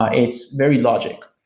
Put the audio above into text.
ah it's very logic.